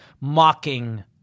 mocking